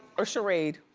or charade.